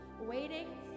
waiting